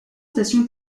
stations